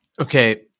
Okay